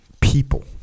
people